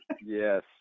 Yes